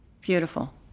beautiful